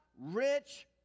rich